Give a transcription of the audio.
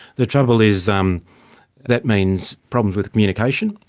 the trouble is um that means problems with communication.